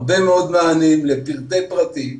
הרבה מאוד מענים לפרטי פרטים.